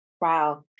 Wow